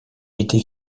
était